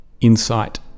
insight